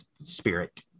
spirit